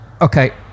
okay